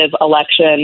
election